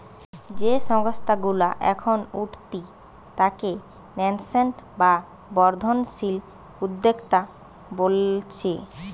যেই সংস্থা গুলা এখন উঠতি তাকে ন্যাসেন্ট বা বর্ধনশীল উদ্যোক্তা বোলছে